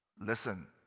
Listen